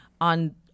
On